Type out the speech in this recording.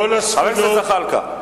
חבר הכנסת זחאלקה.